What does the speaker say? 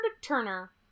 Turner